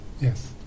Yes